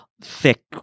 thick